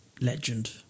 legend